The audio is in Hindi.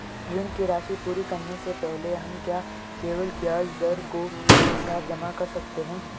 ऋण की राशि पूरी करने से पहले हम क्या केवल ब्याज दर को एक साथ जमा कर सकते हैं?